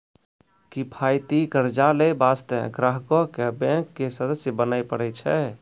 किफायती कर्जा लै बास्ते ग्राहको क बैंक के सदस्य बने परै छै